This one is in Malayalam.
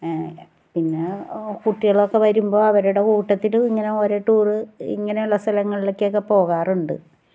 പിന്നെ കുട്ടികളൊക്കെ വരുമ്പോൾ അവരുടെ കൂട്ടത്തിൽ ഇങ്ങനെ ഓരോ ടൂർ ഇങ്ങനെയുള്ള സ്ഥലങ്ങളിലേക്കൊക്കെ പോകാറുണ്ട്